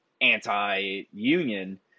anti-union